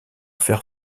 fer